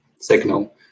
signal